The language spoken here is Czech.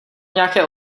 nějaké